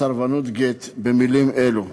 סרבנות גט במילים אלו: